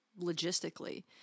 logistically